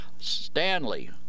stanley